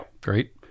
great